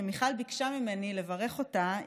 כשמיכל ביקשה ממני לברך אותה,